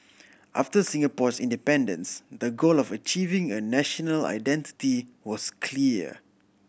after Singapore's independence the goal of achieving a national identity was clear